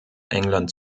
england